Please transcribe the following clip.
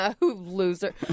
Loser